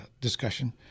discussion